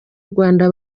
rwanda